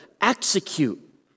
execute